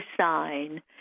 sign